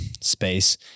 space